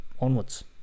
onwards